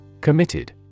Committed